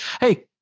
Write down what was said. Hey